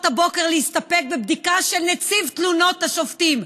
הבוקר להסתפק בבדיקה של נציב תלונות השופטים.